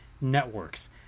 networks